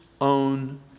own